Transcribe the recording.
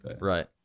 right